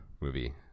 movie